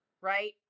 right